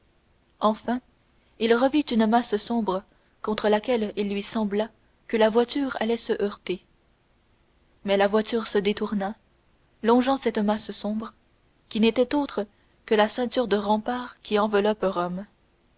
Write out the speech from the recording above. enfin il revit une masse sombre contre laquelle il lui sembla que la voiture allait se heurter mais la voiture se détourna longeant cette masse sombre qui n'était autre que la ceinture de remparts qui enveloppe rome